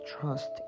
trust